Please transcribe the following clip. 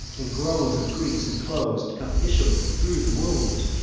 and groans of greeks inclos'd come issuing thro' the wound